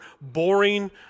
boring